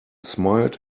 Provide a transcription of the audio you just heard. smiled